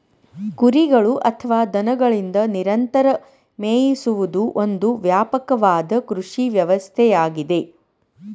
ಕುರಿಗಳು ಅಥವಾ ದನಗಳಿಂದ ನಿರಂತರ ಮೇಯಿಸುವುದು ಒಂದು ವ್ಯಾಪಕವಾದ ಕೃಷಿ ವ್ಯವಸ್ಥೆಯಾಗಿದೆ